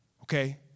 okay